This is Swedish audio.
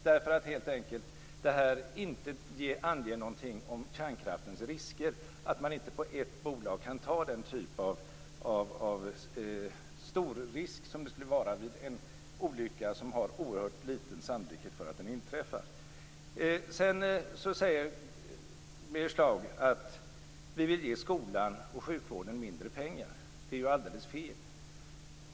Detta anger ju inte någonting om kärnkraftens risker. Man kan inte ta den typen av storrisk som en olycka skulle innebära på ett bolag även om sannolikheten är oerhört liten för att en sådan olycka skulle inträffa. Sedan säger Birger Schlaug att vi vill ge skolan och sjukvården mindre pengar. Det är alldeles fel.